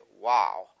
wow